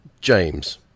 James